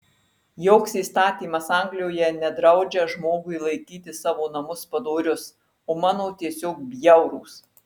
joks įstatymas anglijoje nedraudžia žmogui laikyti savo namus padorius o mano tiesiog bjaurūs